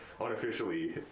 unofficially